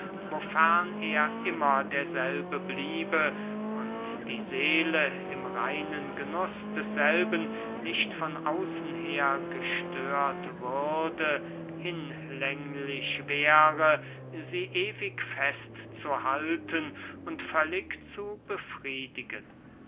wofern er immer derselbe bliebe und die seele im reinen genuß desselben nicht von außen her gestört würde hinlänglich wäre sie ewig fest zu halten und völlig zu befriedigen